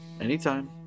Anytime